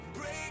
Break